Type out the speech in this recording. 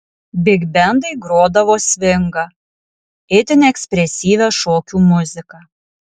bigbendai grodavo svingą itin ekspresyvią šokių muziką